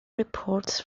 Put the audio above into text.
reports